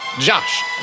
Josh